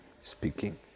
speaking